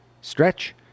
stretch